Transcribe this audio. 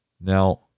Now